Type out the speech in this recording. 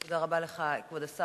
תודה רבה לך, כבוד השר.